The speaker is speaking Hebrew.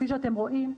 כפי שאתם רואים,